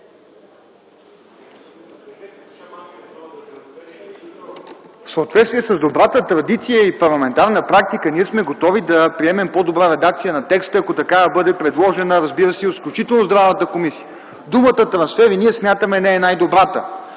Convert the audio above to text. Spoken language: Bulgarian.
В съответствие с добрата традиция и парламентарна практика, ние сме готови да приемем по-добра редакция на текста, ако такава бъде предложена, разбира се, включително и от Здравната комисия. Думата „трансфери” ние смятаме – не е най-добрата,